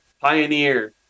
Pioneer